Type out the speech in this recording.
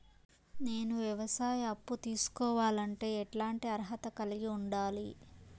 నేను వ్యవసాయ అప్పు తీసుకోవాలంటే ఎట్లాంటి అర్హత కలిగి ఉండాలి?